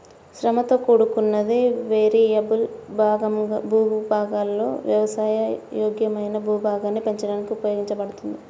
శ్రమతో కూడుకున్నది, వేరియబుల్ భూభాగాలలో వ్యవసాయ యోగ్యమైన భూభాగాన్ని పెంచడానికి ఉపయోగించబడింది